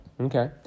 Okay